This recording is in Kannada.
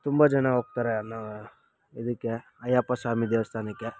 ತುಂಬ ಜನ ಓಗ್ತಾರೆ ಅಣ್ಣ ಇದಕ್ಕೆ ಅಯ್ಯಪ್ಪ ಸ್ವಾಮಿ ದೇವಸ್ಥಾನಕ್ಕೆ